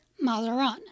Mazarin